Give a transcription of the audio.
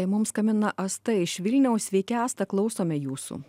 mum skambina asta iš vilniaus sveiki asta klausome jūsų